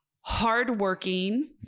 hardworking